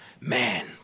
Man